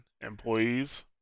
employees